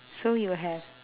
so you have